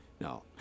No